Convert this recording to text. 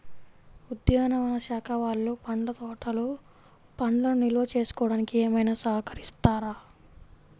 ఉద్యానవన శాఖ వాళ్ళు పండ్ల తోటలు పండ్లను నిల్వ చేసుకోవడానికి ఏమైనా సహకరిస్తారా?